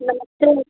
नमस्ते